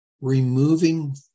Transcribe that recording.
removing